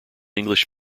english